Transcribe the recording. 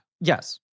yes